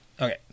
Okay